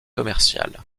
commercial